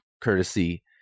courtesy